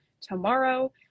tomorrow